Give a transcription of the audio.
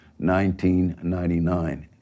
1999